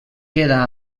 queda